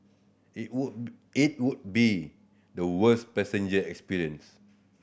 it would it would be the worst passenger experience